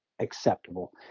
acceptable